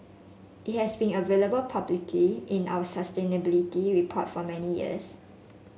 it has been available publicly in our sustainability report for many years